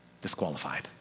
disqualified